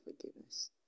forgiveness